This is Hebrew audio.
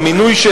המינוי,